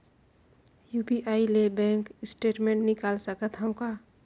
UPI ले bank statement निकाल सकत हवं का?